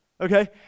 okay